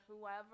whoever